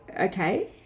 Okay